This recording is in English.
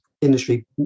industry